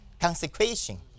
consecration